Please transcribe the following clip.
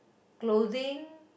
clothing